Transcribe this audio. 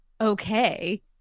okay